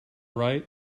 right